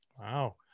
Wow